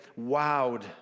wowed